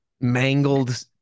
mangled